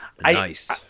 Nice